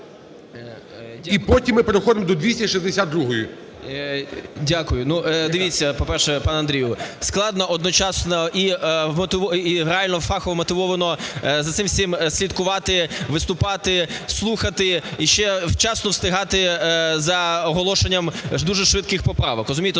І потім ми переходимо до 262-ї. 10:07:03 ЛЕВЧЕНКО Ю.В. Дякую. Ну, дивіться, по-перше, пане Андрію, складно одночасно і реально, фахово, мотивовано за цим всім слідкувати, виступати, слухати і ще вчасно встигати за оголошенням дуже швидких поправок, розумієте,